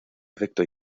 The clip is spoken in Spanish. efecto